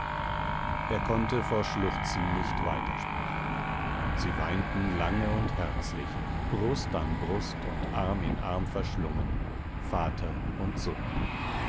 er konnte vor schluchzen nicht weiter sprechen und sie weinten lange und herzlich brust an brust und arm in arm verschlungen vater und sohn